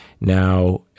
Now